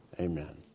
amen